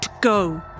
go